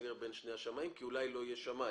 להיסגר בין שני השמאים כי אולי לא יהיה שמאי.